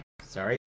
sorry